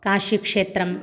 काशीक्षेत्रम्